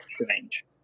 exchange